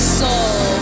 soul